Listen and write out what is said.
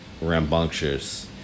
rambunctious